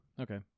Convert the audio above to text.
Okay